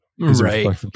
right